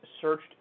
searched